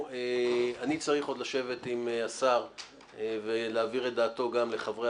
אני צריך עוד לשבת עם השר ולהעביר את דעתו לחברי